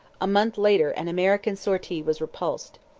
a month later an american sortie was repulsed.